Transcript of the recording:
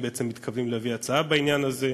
זו בעצם הדוגמה הקלאסית.